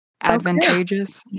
Advantageous